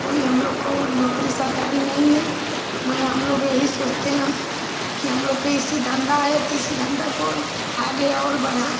कोई हमलोग को नौकरी सरकारी नहीं है भाई हमलोग यही सोचते हैं कि हमलोग का इसी धन्धा है तो इसी धन्धा को ही आगे और बढ़ाएँ